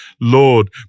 Lord